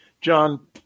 John